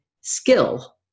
skill